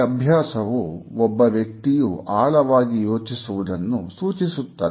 ಈ ಅಭ್ಯಾಸವು ಒಬ್ಬ ವ್ಯಕ್ತಿಯು ಆಳವಾಗಿ ಯೋಚಿಸುವುದನ್ನು ಸೂಚಿಸುತ್ತದೆ